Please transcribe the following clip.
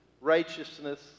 righteousness